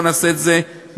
בואו נעשה את זה ממוקד,